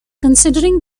considering